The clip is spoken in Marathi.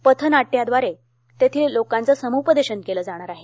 पथनाट्याद्वारे तेथील लोकांचं समुपदेशन केलं जाणार आहे